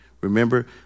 Remember